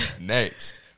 Next